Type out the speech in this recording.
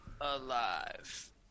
Alive